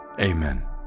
Amen